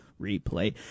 Replay